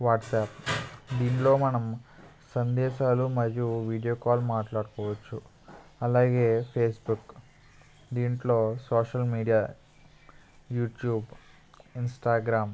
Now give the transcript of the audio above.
WhatsApp దీనిలో మనం సందేశాలు మరియు వీడియో కాల్ మాట్లాడుకోవచ్చు అలాగే ఫేస్బుక్ దీంట్లో సోషల్ మీడియా యూట్యూబ్ ఇన్స్టాగ్రామ్